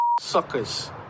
suckers